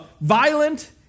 violent